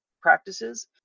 practices